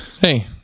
Hey